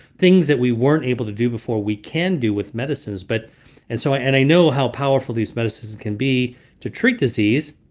things that we weren't able to do before we can do with medicines. but and so and i know how powerful these medicines can be to treat disease,